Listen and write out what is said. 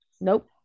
Nope